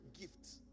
gifts